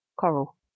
coral